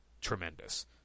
tremendous